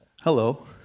Hello